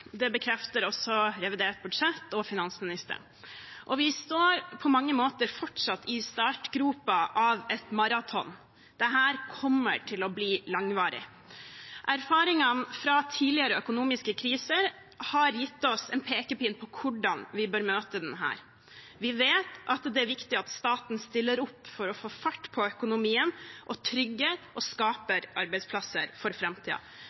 det bekrefter også revidert budsjett og finansministeren, og vi står på mange måter fortsatt i startgropa av et maraton. Dette kommer til å bli langvarig. Erfaringene fra tidligere økonomiske kriser har gitt oss en pekepinn på hvordan vi bør møte denne. Vi vet at det er viktig at staten stiller opp for å få fart på økonomien og trygger og skaper arbeidsplasser for